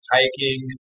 hiking